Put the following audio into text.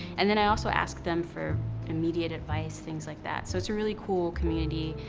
and then i also ask them for immediate advice, things like that. so, it's a really cool community.